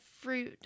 fruit